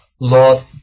Lord